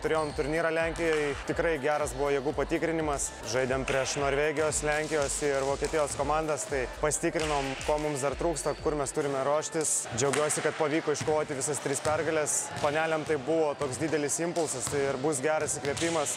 turėjom turnyrą lenkijoj tikrai geras buvo jėgų patikrinimas žaidėm prieš norvegijos lenkijos ir vokietijos komandas tai pasitikrinom ko mums dar trūksta kur mes turime ruoštis džiaugiuosi kad pavyko iškovoti visas tris pergales panelėm tai buvo toks didelis impulsas tai ir bus geras įkvėpimas